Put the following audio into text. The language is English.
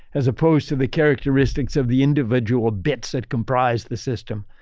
as opposed to the characteristics of the individual bits that comprise the system.